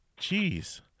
Jeez